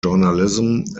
journalism